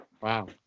wow